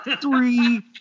Three